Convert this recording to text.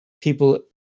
people